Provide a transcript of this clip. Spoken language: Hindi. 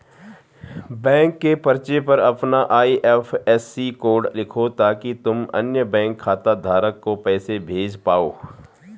बैंक के पर्चे पर अपना आई.एफ.एस.सी कोड लिखो ताकि तुम अन्य बैंक खाता धारक को पैसे भेज पाओ